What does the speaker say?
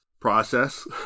Process